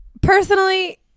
Personally